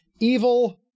evil